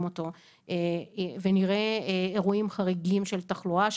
אותו ונראה אירועים חריגים של תחלואה,